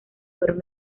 fueron